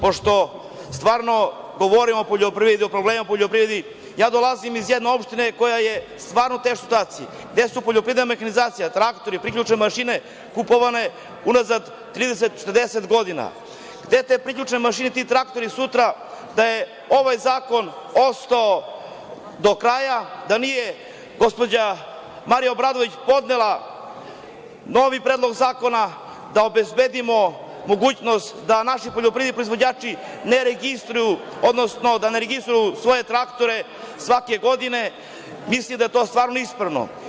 Pošto govorimo o problemima u poljoprivredi, ja dolazim iz jedne opštine koja je u stvarno teškoj situaciju, gde su poljoprivredna mehanizacija, traktori, priključne mašine kupovane unazad 30,40 godina, gde te priključne mašine i traktori sutra da je ovaj zakon ostao do kraja, da nije gospođa Marija Obradović podnela novi Predlog zakona, da obezbedimo mogućnost da naši poljoprivredni proizvođači ne registruju, odnosno da ne registruju svoje traktore svake godine, mislim da je to stvarno ispravno.